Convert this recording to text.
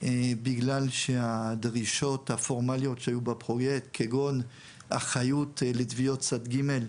בגלל שהדרישות הפורמליות שהיו בפרויקט כגון אחריות לתביעות צד ג'